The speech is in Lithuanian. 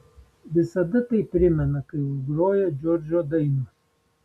visada tai primena kai užgroja džordžo dainos